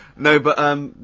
no but um,